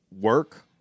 work